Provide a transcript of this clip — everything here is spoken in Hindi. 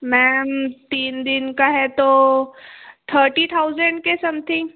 मैम तीन दिन का है तो थर्टी थाउजेंड के समथिंग